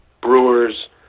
Brewers